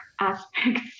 aspects